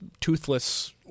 toothless